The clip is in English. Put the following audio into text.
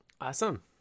Awesome